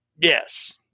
Yes